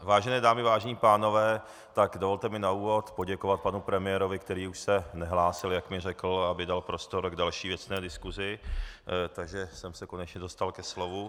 Vážené dámy, vážení pánové, dovolte mi na úvod poděkovat panu premiérovi, který už se nehlásil, jak mi řekl, aby dal prostor k další věcné diskusi, takže jsem se konečně dostal ke slovu.